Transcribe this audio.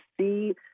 see